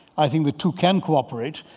i think the two can cooperate.